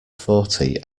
forty